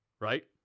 right